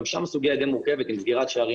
גם שם הסוגיה די מורכבת עם סגירת שערים,